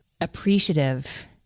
appreciative